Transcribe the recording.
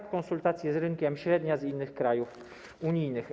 Konsultacje z rynkiem, średnia z innych krajów unijnych.